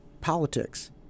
politics